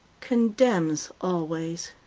condemns always.